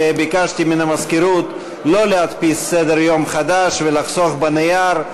שביקשתי מן המזכירות לא להדפיס סדר-יום חדש ולחסוך בנייר.